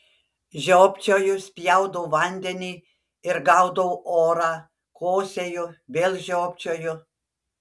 žiopčioju spjaudau vandenį ir gaudau orą kosėju vėl žiopčioju